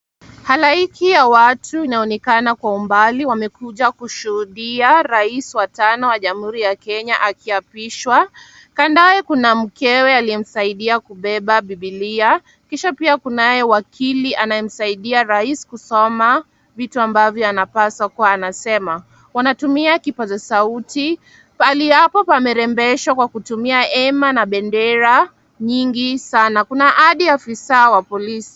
Halaiki ya watu inaonekana kwa umbali wamekuja kushuhudia rais wa tano wa jamhuri ya Kenya akiapishwa. Kandoye kuna mkewe aliyemsaidia kubeba biblia, kisha pia kunaye wakili anayemsaidia rais kusoma vitu ambavyo anapaswa kuwa anasema. Wanatumia kipaza sauti, pahali hapo pamerembeshwa kwa kutumia hema na bendera nyingi sana. Kuna hadi afisa wa polisi.